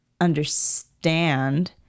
understand